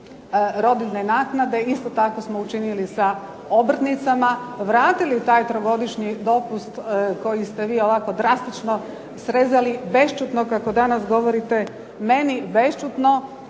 rodiljne naknade, isto tako smo učinili sa obrtnicama, vratili taj trogodišnji dopust koji ste vi drastično srezali, bešćutno kao danas govorite, meni bešćutno